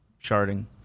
charting